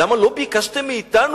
למה לא ביקשתם מאתנו?